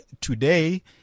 today